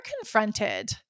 confronted